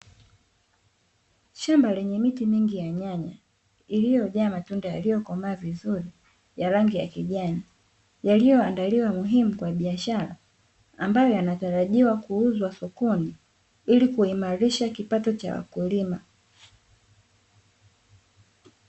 Shamba lenye miti mingi ya nyanya iliyojaa matunda yaliyo komaa vizuri ya rangi ya kijani, yaliyoandaliwa muhimu kwa biashara ambayo yanatarajiwa kuuzwa sokoni, ili kuimarisha kipato cha wakulima.